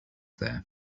there